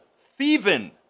thieving